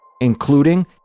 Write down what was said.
including